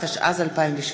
התשע"ז 2017,